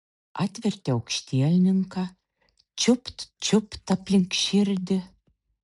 atvertė aukštielninką čiupt čiupt aplink širdį